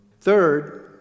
Third